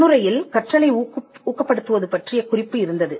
முன்னுரையில் கற்றலை ஊக்கப்படுத்துவது பற்றிய குறிப்பு இருந்தது